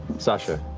sasha,